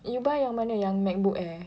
you buy yang mana yang MacBook air